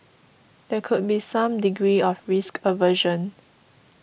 there could be some degree of risk aversion